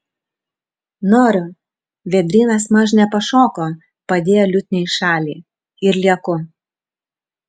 noriu vėdrynas mažne pašoko padėjo liutnią į šalį ir lieku